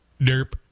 derp